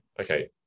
Okay